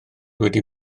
wedi